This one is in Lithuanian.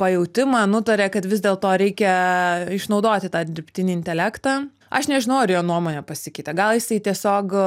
pajautimą nutarė kad vis dėlto reikia išnaudoti tą dirbtinį intelektą aš nežinau ar jo nuomonė pasikeitė gal jisai tiesiog